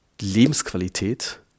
Lebensqualität